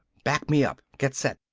back me up! get set!